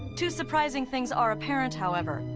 two surprising things are apparent, however.